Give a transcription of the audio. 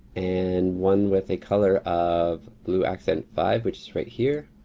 and one with a color of blue accent five, which is right here.